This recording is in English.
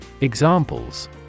Examples